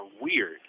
weird